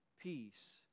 peace